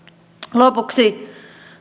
lopuksi